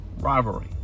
rivalry